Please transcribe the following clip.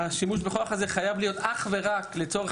השימוש בכוח חייב להיות אך ורק לצורך